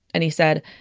and he said,